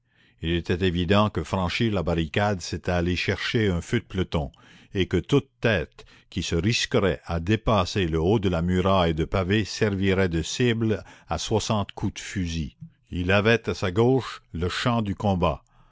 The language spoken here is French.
il était évident que franchir la barricade c'était aller chercher un feu de peloton et que toute tête qui se risquerait à dépasser le haut de la muraille de pavés servirait de cible à soixante coups de fusil il avait à sa gauche le champ du combat